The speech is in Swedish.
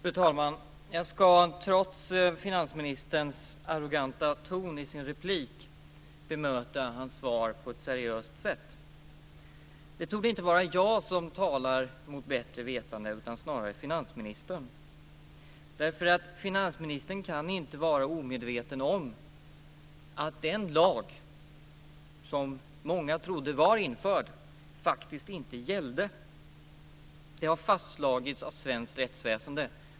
Fru talman! Trots finansministerns arroganta ton i inlägget ska jag bemöta hans svar på ett seriöst sätt. Det torde inte vara jag som talar mot bättre vetande, utan snarare finansministern. Finansministern kan nämligen inte vara omedveten om att den lag som många trodde var införd faktiskt inte gällde. Det har fastslagits av svenskt rättsväsende.